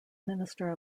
minister